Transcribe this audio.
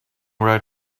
right